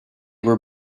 were